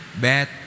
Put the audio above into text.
bad